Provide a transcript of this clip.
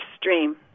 stream